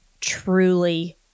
truly